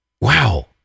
wow